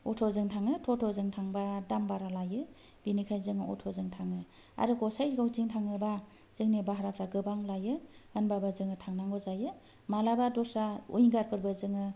अट'जों थाङो टट'जों थांबा दाम बारा लायो बेनिखायनो जोङो अट'जों थाङो आरो गसायगावथिं थाङोबा जोंनि भाराफ्रा गोबां लायो होनबाबो जोङो थांनांगौ जायो मालाबा दस्रा उइंगारफोरबो जोङो